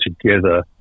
together